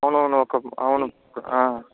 అవునవును ఒక అవును ఒక